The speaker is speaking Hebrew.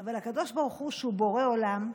אבל הקדוש ברוך הוא, שהוא בורא עולם,